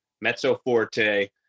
mezzo-forte